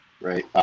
right